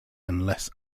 unless